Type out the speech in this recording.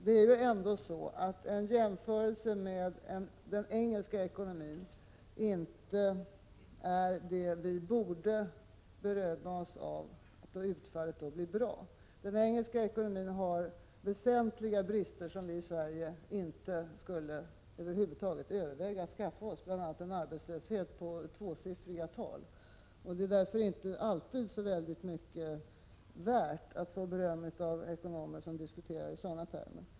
Det är ändå så att vad som framkommer vid en jämförelse med den engelska ekonomin inte bara är sådant som vi borde berömma oss av, när utfallet för vår del blir bra. Den engelska ekonomin har väsentliga brister, som vi i Sverige över huvud taget inte skulle överväga att ha, bl.a. en arbetslöshet på tvåsiffriga tal. Det är därför inte alltid så mycket värt att få beröm av ekonomer som diskuterar i sådana termer.